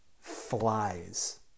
flies